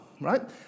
right